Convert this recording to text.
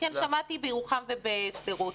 וכן שמעתי על זה בירוחם ובשדרות.